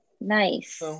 Nice